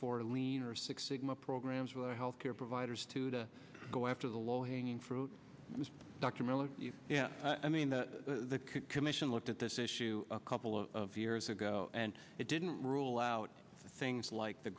for leaner six sigma programs where health care providers to to go after the low hanging fruit was dr miller yeah i mean the commission looked at this issue a couple of years ago and it didn't rule out things like the